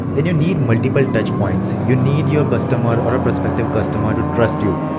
then you need multiple touch-points. you need your customer or a prospective customer to trust you.